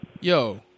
Yo